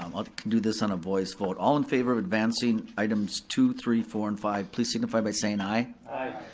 um i'll do this on a voice vote, all in favor of advancing items two, three, four, and five, please signify by saying aye. aye.